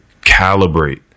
calibrate